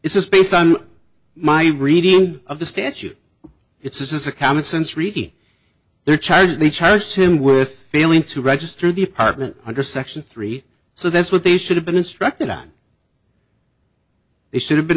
it's just based on my reading of the statute it's this is a common sense reading their charge they charged him with failing to register the apartment under section three so that's what they should have been instructed on they should have been